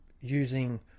using